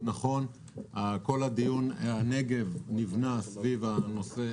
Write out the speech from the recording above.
כל הדיון על הנגב נבנה סביב הנושא,